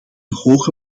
hoge